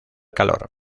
calor